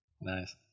Nice